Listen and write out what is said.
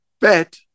bet